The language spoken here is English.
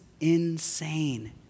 insane